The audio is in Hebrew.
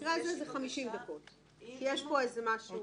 במקרה הזה זה 50 דקות כי יש פה איזה משהו.